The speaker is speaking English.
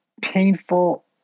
painful